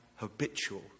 Habitual